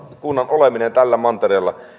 olemisen tällä mantereella